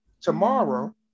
tomorrow